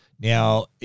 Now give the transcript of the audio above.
Now